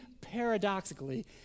paradoxically